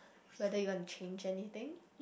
whether you want to change anything